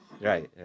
Right